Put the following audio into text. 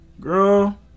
Girl